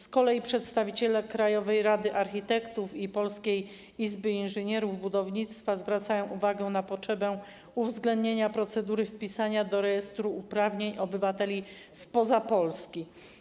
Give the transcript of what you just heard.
Z kolei przedstawiciele krajowej rady architektów i Polskiej Izby Inżynierów Budownictwa zwracają uwagę na potrzebę uwzględnienia procedury wpisania do rejestru uprawnień osób spoza Polski.